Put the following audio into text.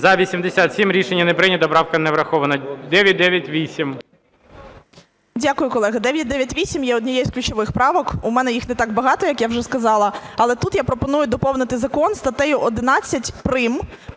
За-87 Рішення не прийнято. Правка не врахована. 998. 12:43:45 ШКРУМ А.І. Дякую, колеги. 998 є однією з ключових правок. У мене їх не так багато, як я вже сказала. Але тут я пропоную доповнити закон статтею 11прим.